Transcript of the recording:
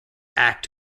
act